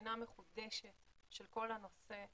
לבחינה מחודשת של כל הנושא,